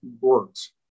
works